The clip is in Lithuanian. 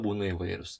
būna įvairūs